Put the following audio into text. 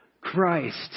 Christ